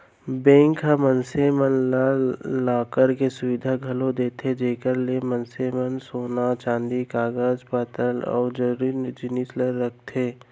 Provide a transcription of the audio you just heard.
bank ह मनसे मन ला लॉकर के सुबिधा घलौ देथे जेकर ले मनसे मन सोन चांदी कागज पातर अउ जरूरी जिनिस ल राखथें